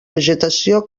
vegetació